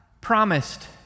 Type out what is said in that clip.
promised